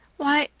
why,